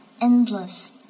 endless